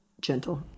gentle